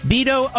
Beto